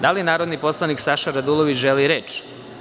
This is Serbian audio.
Da li narodni poslanik Saša Radulović želi reč?